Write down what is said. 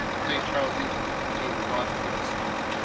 st. charles east is the team we lost to at state.